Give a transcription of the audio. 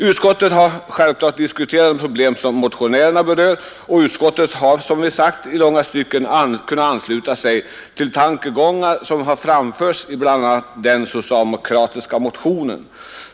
Utskottet har självklart diskuterat de problem som motionärerna berört och har, som vi sagt, i långa stycken kunnat ansluta sig till de tankegångar som framförts bl.a. i den socialdemokratiska motionen.